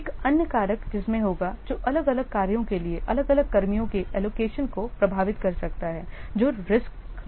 एक अन्य कारक जिसमें होगा जो अलग अलग कार्यों के लिए अलग अलग कर्मियों के एलोकेशन को प्रभावित कर सकता है जो रीस्क रखते हैं